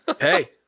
hey